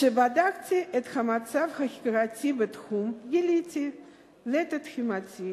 כשבדקתי את המצב החקיקתי בתחום גיליתי לתדהמתי